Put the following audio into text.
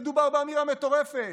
מדובר באמירה מטורפת.